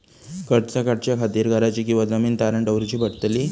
कर्ज काढच्या खातीर घराची किंवा जमीन तारण दवरूची पडतली?